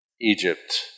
Egypt